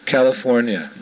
California